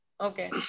Okay